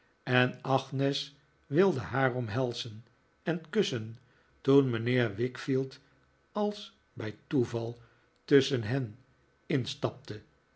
en agnes wilde haar omhelzen en kussen toen mijnheer wickfield als bij toeval tusschen hen in